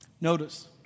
Notice